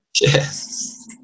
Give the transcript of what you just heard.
Yes